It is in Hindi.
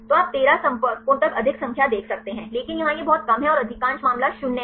तो आप 13 संपर्कों तक अधिक संख्या देख सकते हैं लेकिन यहां यह बहुत कम है और अधिकांश मामला 0 है